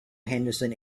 henderson